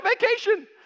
vacation